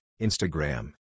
Instagram